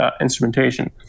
instrumentation